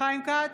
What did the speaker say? חיים כץ,